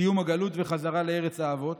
סיום הגלות וחזרה לארץ האבות,